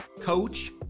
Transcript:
coach